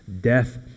death